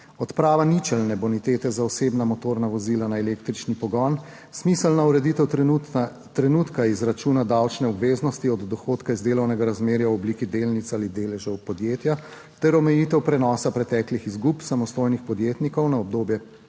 odprava ničelne bonitete za osebna motorna vozila na električni pogon, smiselna ureditev trenutka izračuna davčne obveznosti od dohodka iz delovnega razmerja v obliki delnic ali deležev podjetja, ter omejitev prenosa preteklih izgub samostojnih podjetnikov na obdobje